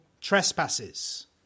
trespasses